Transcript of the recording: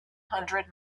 hundred